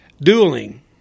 Dueling